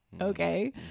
okay